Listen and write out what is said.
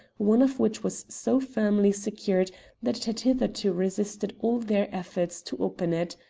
one of which was so firmly secured that it had hitherto resisted all their efforts to open it.